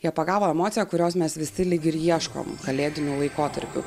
jie pagavo emociją kurios mes visi lyg ir ieškom kalėdiniu laikotarpiu